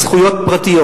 זכויות פרטיות.